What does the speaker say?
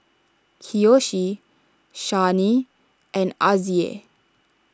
Kiyoshi Shani and Azzie